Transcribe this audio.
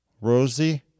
rosie